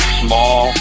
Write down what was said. small